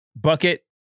bucket